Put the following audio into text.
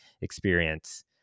experience